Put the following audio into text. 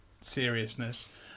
seriousness